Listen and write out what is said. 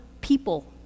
people